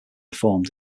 performed